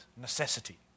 necessity